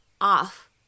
off